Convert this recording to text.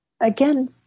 again